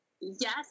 Yes